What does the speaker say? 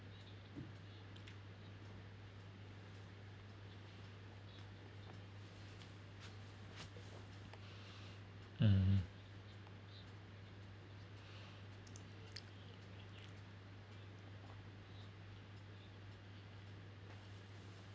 um